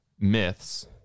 myths